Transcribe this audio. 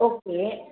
okay